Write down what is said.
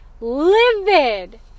livid